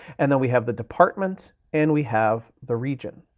and then we have the department and we have the region.